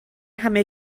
همه